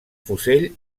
fusell